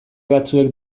batzuek